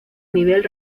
nivel